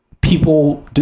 people